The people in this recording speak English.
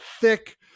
thick